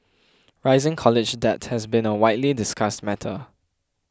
rising college debt has been a widely discussed matter